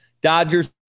Dodgers